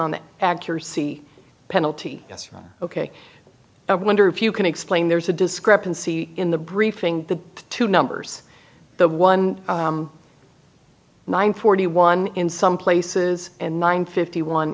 the accuracy penalty yes ok i wonder if you can explain there's a discrepancy in the briefing the two numbers the one nine forty one in some places and nine fifty one